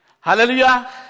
Hallelujah